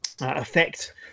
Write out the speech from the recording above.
affect